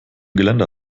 geländer